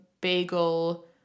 bagel